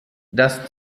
das